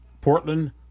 Portland